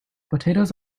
potatoes